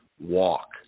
walk